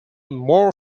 more